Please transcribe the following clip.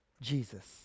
Jesus